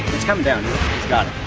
it's come down scott